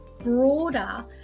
broader